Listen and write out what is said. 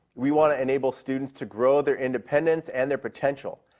we want to enable students to grow their independence and their potential.